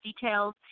details